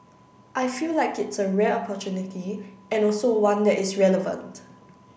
I feel like it's a rare opportunity and also one that is relevant